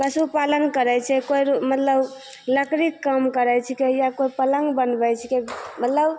पशुपालन करै छै कोइ मतलब लकड़ीके काम करै छिकै या कोइ पलङ्ग बनबै छिकै मतलब